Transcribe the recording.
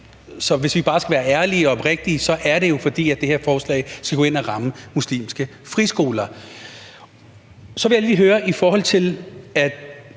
Så hvis vi bare skal være ærlige og oprigtige, er det jo, fordi det her forslag skal gå ind og ramme muslimske friskoler. Så vil jeg lige høre noget: